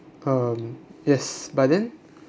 um yes but then